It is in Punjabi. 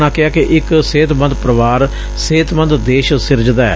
ਉਨ੍ਹਾਂ ਕਿਹਾ ਕਿ ਇਕ ਸਿਹਤੰਮਦ ਪਰਿਵਾਰ ਸਿਹਤੰਮਦ ਦੇਸ਼ ਸਿਰਜਦੈ